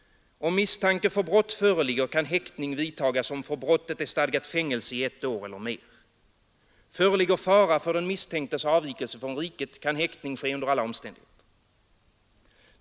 Om misstanke för brott föreligger kan häktning vidtagas om för brottet är stadgat fängelse i ett år eller mer. Föreligger fara för den misstänktes avvikelse från riket, kan häktning ske under alla omständigheter.